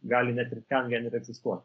gali ne ir ten vieni egzistuot